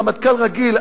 רמטכ"ל רגיל.